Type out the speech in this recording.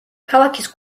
ქალაქის